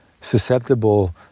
susceptible